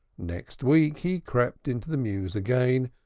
next week he crept into the mews again,